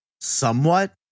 Somewhat